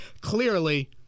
Clearly